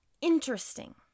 interesting